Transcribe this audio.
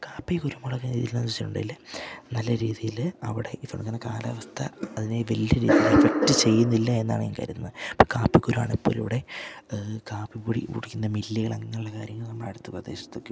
കാപ്പി കുരുമുളക് ഇത് ഏതെങ്കിലും വച്ചിട്ടുണ്ടെങ്കിൽ നല്ല രീതിയിൽ അവിടെ ഈ പറഞ്ഞ കണക്ക് കാലാവസ്ഥ അതിനെ വല്യ രീതിയിൽ എഫ്ക്റ്റ് ചെയ്യുന്നില്ല എന്നാണ് ഞാൻ കരുതുന്നത അപ്പം കാപ്പി കുരുവാണ് ഇപ്പം ഒരു ഇവിടെ കാപ്പി പൊടി പൊടിക്കുന്ന മില്ലുകൾ അങ്ങനെയുള്ള കാര്യങ്ങൾ നമ്മുടെ അടുത്ത് പ്രദേശത്തൊക്കെ ഉണ്ട്